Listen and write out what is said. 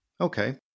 Okay